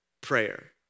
prayer